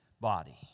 body